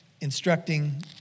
instructing